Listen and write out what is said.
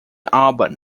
album